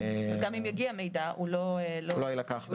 וגם אם יגיע מידע הוא לא יילקח בחשבון.